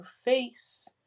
face